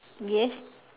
yes